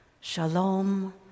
Shalom